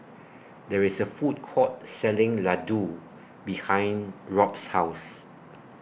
There IS A Food Court Selling Ladoo behind Rob's House